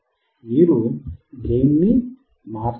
మీరు గెయిన్ మార్చలేరు